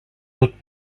tot